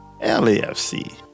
LAFC